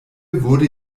wurde